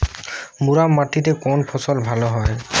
মুরাম মাটিতে কোন ফসল ভালো হয়?